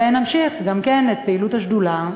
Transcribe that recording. ונמשיך גם את פעילות השדולה,